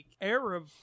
Arab